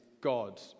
God